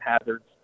hazards